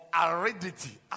aridity